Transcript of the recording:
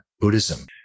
Buddhism